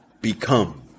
become